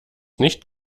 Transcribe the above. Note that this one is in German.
nicht